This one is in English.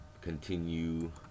continue